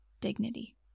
dignity